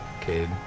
Kid